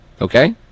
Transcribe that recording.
Okay